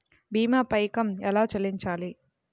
భీమా పైకం ఎలా చెల్లించాలి?